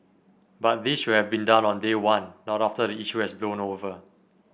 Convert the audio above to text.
but this should have been done on day one not after the issue has blown over